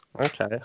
okay